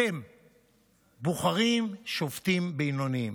אתם בוחרים שופטים בינוניים?